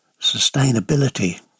sustainability